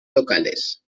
locales